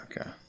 Okay